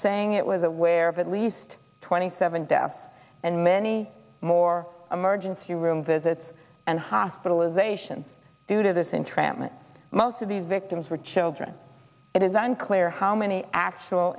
saying it was aware of at least twenty seven deaths and many more emergency room visits and hospitalization due to this entrapment most of these victims were children it is unclear how many actual